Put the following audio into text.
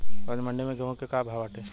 आज मंडी में गेहूँ के का भाव बाटे?